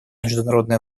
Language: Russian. международная